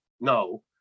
No